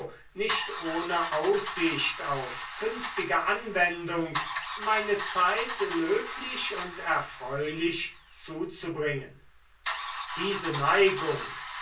nicht ohne aussicht auf künftige anwendung meine zeit löblich und erfreulich zuzubringen diese neigung